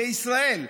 לישראל,